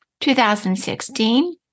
2016